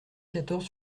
quatorze